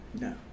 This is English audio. No